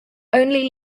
only